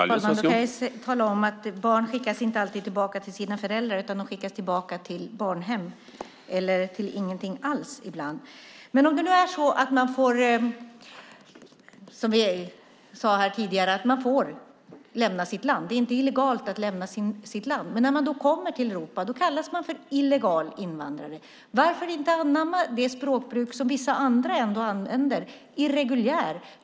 Herr talman! Jag vill bara tala om att barn inte alltid skickas tillbaka till sina föräldrar utan tillbaka till barnhem eller till ingenting alls ibland. Även om det nu inte är illegalt att lämna sitt land kallas man för illegal invandrare när man kommer till Europa. Varför inte anamma det språkbruk som vissa andra använder - irreguljär?